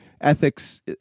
ethics